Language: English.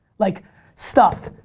like stuff.